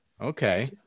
Okay